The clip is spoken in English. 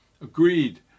Agreed